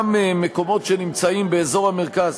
גם מקומות שנמצאים באזור המרכז,